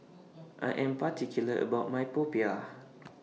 I Am particular about My Popiah